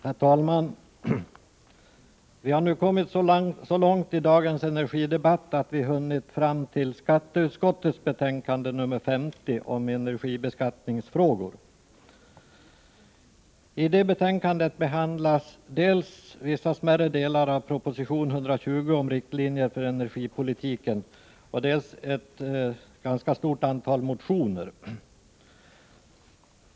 Herr talman! Vi har nu kommit så långt i dagens energidebatt att vi hunnit fram till skatteutskottets betänkande 50 om energibeskattningsfrågor. I detta betänkande behandlas dels vissa smärre delar av proposition 120 om riktlinjer för energipolitiken, dels ett ganska stort antal motioner.